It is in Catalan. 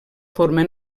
forma